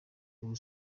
ubu